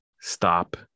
stop